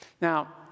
Now